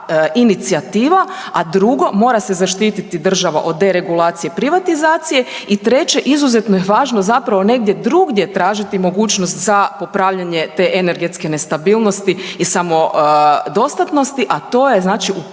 inicijativa, a drugo mora se zaštiti država od deregulacije i privatizacije i treće izuzetno je važno zapravo negdje drugdje tražiti mogućnost za upravljanje te energetske nestabilnosti i samodostatnosti, a to je znači u